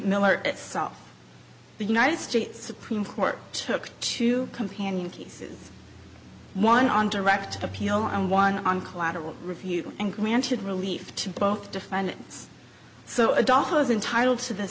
miller itself the united states supreme court took two companion cases one on direct appeal and one on collateral review and granted relief to both defendants so adolfo is entitled to the